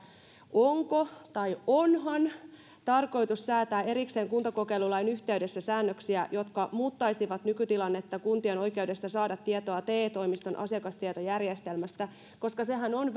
onko tai onhan tarkoitus säätää erikseen kuntakokeilulain yhteydessä säännöksiä jotka muuttaisivat nykytilannetta kuntien oikeudesta saada tietoa te toimiston asiakastietojärjestelmästä koska sehän on